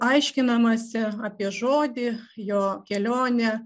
aiškinamasi apie žodį jo kelionę